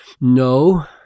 No